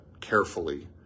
carefully